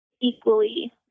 equally